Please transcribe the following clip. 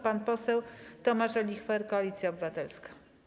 Pan poseł Tomasz Olichwer, Koalicja Obywatelska.